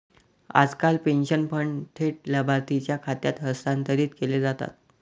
आजकाल pension fund थेट लाभार्थीच्या खात्यात हस्तांतरित केले जातात